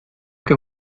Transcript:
que